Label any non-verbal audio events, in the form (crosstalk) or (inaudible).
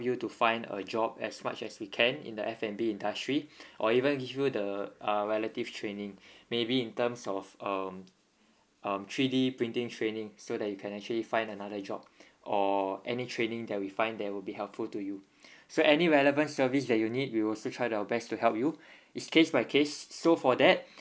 you to find a job as much as we can in the F and B industry (breath) or even give you the uh relative training (breath) maybe in terms of um um three D printing training so that you can actually find another job or any training that we find that would be helpful to you (breath) so any relevant service that you need we'll sure try our best to help you (breath) it's case by case so for that